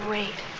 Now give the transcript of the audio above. Great